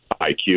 iq